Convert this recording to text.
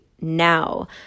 now